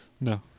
No